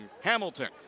Hamilton